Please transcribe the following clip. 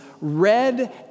red